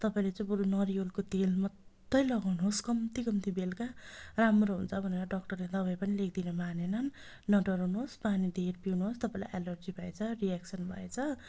तपाईँले चाहिँ बरु नरियलको तेल मात्रै लगाउनुहोस् कम्तीकम्ती बेलका राम्रो हुन्छ भनेर डक्टरले दबाई पनि लेखिदिनु मानेनन् नडराउनुहोस् पानी धेर पिउनुहोस् तपाईँलाई एलर्जी भएछ रियाक्सन भएछ